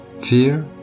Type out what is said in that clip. Fear